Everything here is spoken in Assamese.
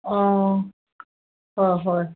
অঁ হয় হয়